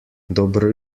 dobro